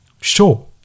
Sure